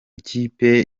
ikipe